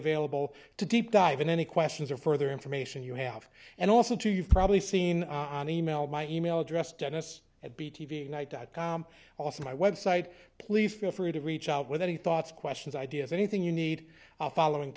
available to deep dive in any questions or further information you have and also to you've probably seen on email my e mail address dennis at b t v dot com also my website please feel free to reach out with any thoughts questions ideas anything you need following